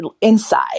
inside